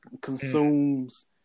consumes